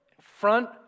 front